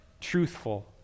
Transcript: truthful